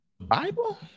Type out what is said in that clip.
Bible